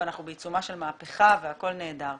ואנחנו בעיצומה של מהפכה והכל נהדר.